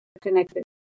connected